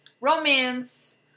romance